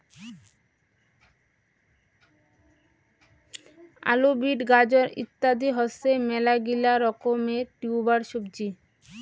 আলু, বিট, গাজর ইত্যাদি হসে মেলাগিলা রকমের টিউবার সবজি